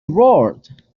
roared